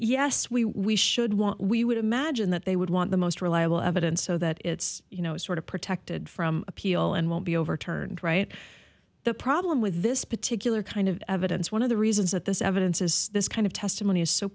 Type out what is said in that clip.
yes we we should want we would imagine that they would want the most reliable evidence so that it's you know sort of protected from appeal and won't be overturned right the problem with this particular kind of evidence one of the reasons that this evidences this kind of testimony is so